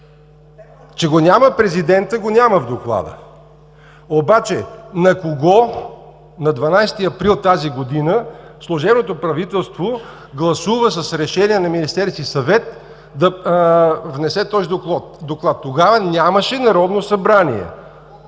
не знаете, президентът, го няма в Доклада. Обаче на кого на 12 април тази година служебното правителство гласува с решение на Министерския съвет да внесе този Доклад? Тогава нямаше Народно събрание.